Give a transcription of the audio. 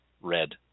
red